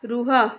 ରୁହ